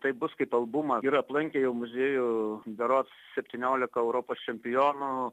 tai bus kaip albumas ir aplankė jau muziejų berods septyniolika europos čempionų